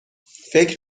فکر